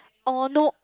oh no